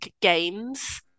games